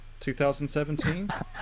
2017